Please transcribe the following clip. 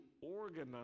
organize